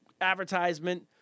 advertisement